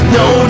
no